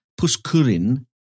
Puskurin